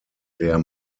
der